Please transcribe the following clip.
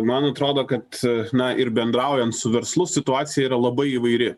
man atrodo kad na ir bendraujant su verslu situacija yra labai įvairi